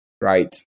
right